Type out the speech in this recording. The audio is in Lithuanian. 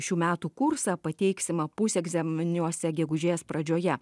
šių metų kursą pateiksimą pusegzaminiuose gegužės pradžioje